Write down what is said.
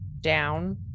down